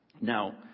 Now